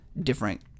different